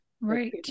Right